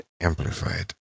amplified